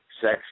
sex